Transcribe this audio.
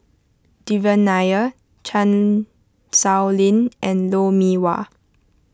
Devan Nair Chan Sow Lin and Lou Mee Wah